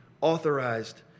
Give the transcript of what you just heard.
authorized